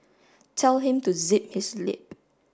tell him to zip his lip